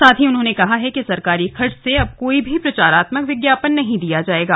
साथ ही कहा कि सरकारी खर्च से अब कोई भी प्रचारात्मक विज्ञापन नहीं दिया जाएगा